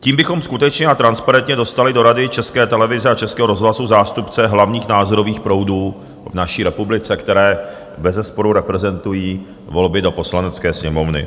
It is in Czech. Tím bychom skutečně a transparentně dostali do Rady České televize a Českého rozhlasu zástupce hlavních názorových proudů v naší republice, které bezesporu reprezentují volby do Poslanecké sněmovny.